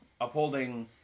upholding